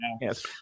Yes